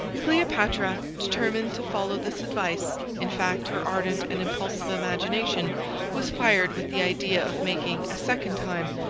cleopatra determined to follow this advice. in fact, her ardent and impulsive imagination was fired with the idea of making, a second time,